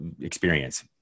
experience